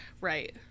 Right